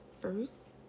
First